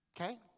Okay